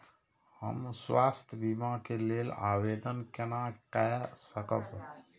हम स्वास्थ्य बीमा के लेल आवेदन केना कै सकब?